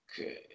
Okay